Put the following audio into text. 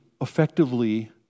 effectively